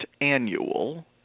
annual